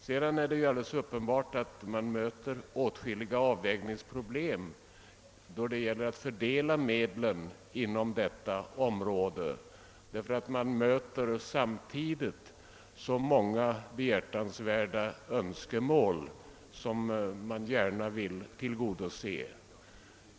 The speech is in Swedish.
Sedan är det uppenbart att man möter åtskilliga avvägningsproblem då det gäller att fördela medlen inom detta område; ständigt står man inför många behjärtansvärda önskemål vilka man gärna skulle vilja tillgodose.